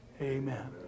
Amen